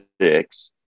six